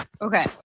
okay